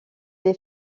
les